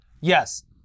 Yes